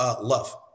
love